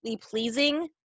pleasing